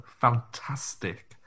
fantastic